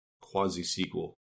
quasi-sequel